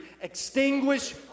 Extinguish